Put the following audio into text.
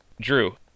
Drew